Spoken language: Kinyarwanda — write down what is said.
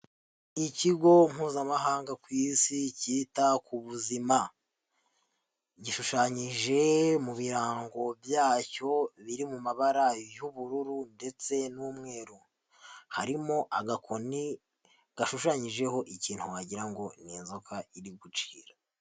Ikigo mpuzamahanga ku isi kita ku buzima, gishushanyije mu birango byacyo biri mu mabara y'ubururu ndetse n'umweru, harimo agakoni gashushanyijeho ikintu wagira ngo ni inzoka iri gucira.